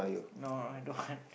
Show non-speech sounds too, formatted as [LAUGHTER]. no no I don't want [LAUGHS]